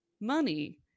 money